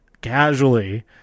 casually